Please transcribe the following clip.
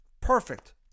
Perfect